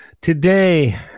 today